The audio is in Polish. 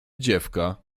dziewka